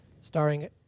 Starring